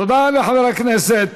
תודה לחבר הכנסת